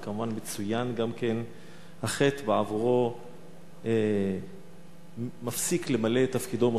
וכמובן מצוין גם כן החטא שבעבורו משה רבנו מפסיק למלא את תפקידו.